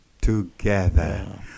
together